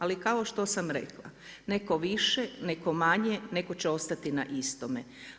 Ali, kao što sam rekla, netko više, netko manje, netko će ostati na istome.